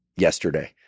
Yesterday